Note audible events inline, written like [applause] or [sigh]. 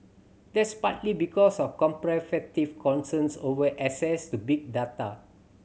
that's partly because of [unintelligible] concerns over access to big data